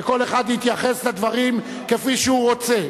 וכל אחד יתייחס לדברים כפי שהוא רוצה.